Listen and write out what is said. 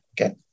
Okay